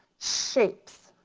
shapes,